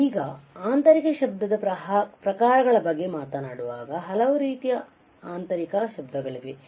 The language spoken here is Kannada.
ಈಗ ಆಂತರಿಕ ಶಬ್ದದ ಪ್ರಕಾರಗಳ ಬಗ್ಗೆ ಮಾತನಾಡುವಾಗ ಹಲವಾರು ರೀತಿಯ ಆಂತರಿಕ ಶಬ್ದಗಳಿವೆ